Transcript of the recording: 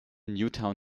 newtown